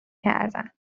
کردن